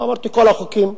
לא אמרתי כל החוקים.